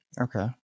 Okay